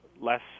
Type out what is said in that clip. Less